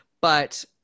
but-